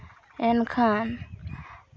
ᱮᱱᱠᱷᱟᱱ